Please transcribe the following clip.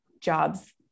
jobs